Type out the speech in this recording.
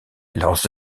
leurs